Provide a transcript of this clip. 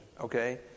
Okay